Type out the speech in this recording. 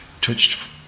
touched